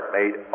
made